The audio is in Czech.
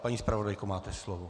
Paní zpravodajko, máte slovo.